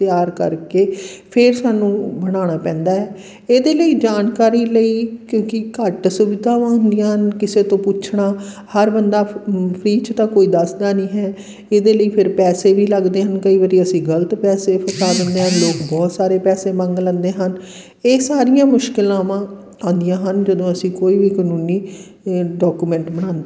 ਤਿਆਰ ਕਰਕੇ ਫਿਰ ਸਾਨੂੰ ਬਣਾਉਣਾ ਪੈਂਦਾ ਹੈ ਇਹਦੇ ਲਈ ਜਾਣਕਾਰੀ ਲਈ ਕਿਉਂਕਿ ਘੱਟ ਸੁਵਿਧਾਵਾਂ ਹੁੰਦੀਆਂ ਹਨ ਕਿਸੇ ਤੋਂ ਪੁੱਛਣਾ ਹਰ ਬੰਦਾ ਫ੍ਰੀ 'ਚ ਤਾਂ ਕੋਈ ਦੱਸਦਾ ਨਹੀਂ ਹੈ ਇਹਦੇ ਲਈ ਫਿਰ ਪੈਸੇ ਵੀ ਲੱਗਦੇ ਹਨ ਕਈ ਵਾਰੀ ਅਸੀਂ ਗਲਤ ਪੈਸੇ ਫਸਾ ਦਿੰਦੇ ਹਾਂ ਲੋਕ ਬਹੁਤ ਸਾਰੇ ਪੈਸੇ ਮੰਗ ਲੈਂਦੇ ਹਨ ਇਹ ਸਾਰੀਆਂ ਮੁਸ਼ਕਿਲਾਵਾਂ ਆਉਂਦੀਆਂ ਹਨ ਜਦੋਂ ਅਸੀਂ ਕੋਈ ਵੀ ਕਾਨੂੰਨੀ ਅ ਡਾਕੂਮੈਂਟ ਬਣਾਉਂਦੇ ਹਾਂ